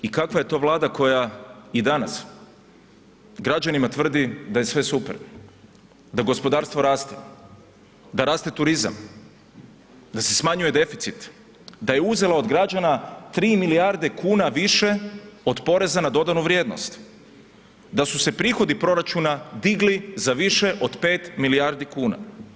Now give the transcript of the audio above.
I kakva je to Vlada koja i danas građanima tvrdi da je sve super, da gospodarstvo raste, da raste turizam, da se smanjuje deficit, da je uzela od građana 3 milijarde kuna više od poreza na dodanu vrijednost, da su se prihodi proračuna digli za više od 5 milijardi kuna?